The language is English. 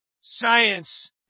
science